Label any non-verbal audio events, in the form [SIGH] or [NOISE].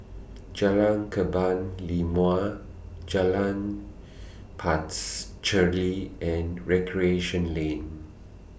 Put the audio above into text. Jalan Kebun Limau Jalan [UNINTELLIGIBLE] and Recreation Lane